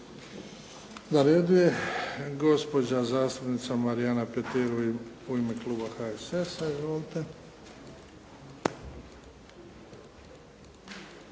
Na redu je gospođa zastupnica Marijana Petir u ime kluba HSS-a.